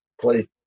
play